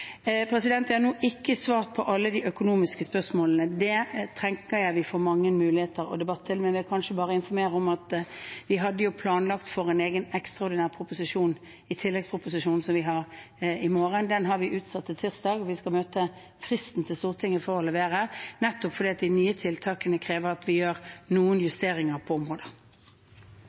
Jeg har nå ikke svart på alle de økonomiske spørsmålene. Det tenker jeg at vi får mange muligheter til å debattere, men jeg vil bare informere om at vi hadde planlagt for en egen ekstraordinær proposisjon i tilleggsproposisjonen i morgen. Den har vi utsatt til tirsdag, og vi skal møte fristen til Stortinget for å levere, nettopp fordi de nye tiltakene krever at vi gjør noen justeringer på